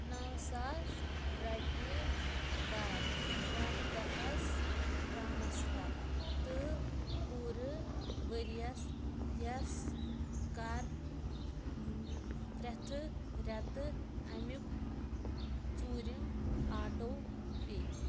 نَو ساس رۄپیہِ کَر واحِداہَس ٹرٛانسفَر تہٕ پوٗرٕ ؤریَس یَس کَر پرٛٮ۪تھٕ رٮ۪تہٕ اَمیُک ژوٗرِم آٹو پے